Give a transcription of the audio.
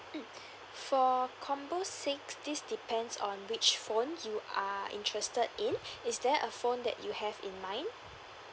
mm for combo six this depends on which phone you are interested in is there a phone that you have in mind